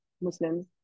Muslims